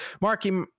Marky